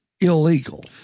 illegal